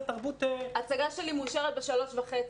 תרבות --- ההצגה שלי מאושרת ב-3,500,